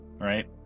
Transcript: right